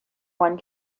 one